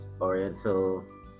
Oriental